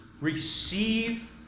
receive